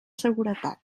seguretat